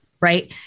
right